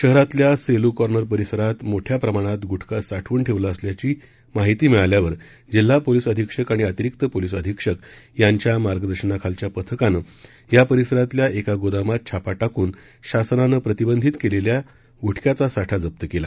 शहरातल्या सेलू कॉर्नर परिसरात मोठ्या प्रमाणात गुटका साठवून ठेवला असल्याची माहिती मिळाल्यावर जिल्हा पोलिस अधीक्षक आणि अतिरीक्त पोलिस अधीक्षक यांच्या मार्गदर्शनाखालील पथकानं या परिसरातल्या एका गोदामात छापा टाकून शासनानं प्रतिबंधित केलेल्या गुटख्याचा साठा जप्त केला